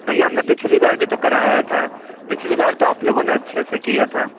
भैया हम ने पिछली बार भी तो कराया था पिछली बार तो आप लोगों ने अच्छे से किया था